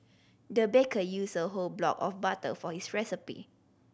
the baker used a whole block of butter for his recipe